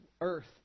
earth